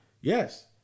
Yes